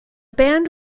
band